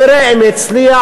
נראה אם יצליח.